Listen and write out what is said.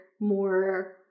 more